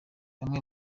bamwe